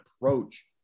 approach